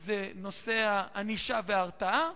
הם הענישה וההרתעה,